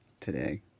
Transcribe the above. today